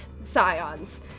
scions